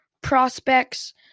prospects